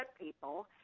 people